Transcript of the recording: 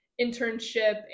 internship